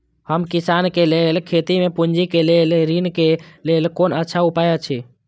हम किसानके लेल खेती में पुंजी के लेल ऋण के लेल कोन अच्छा उपाय अछि?